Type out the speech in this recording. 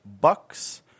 Bucks